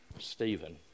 Stephen